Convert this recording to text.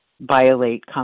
violate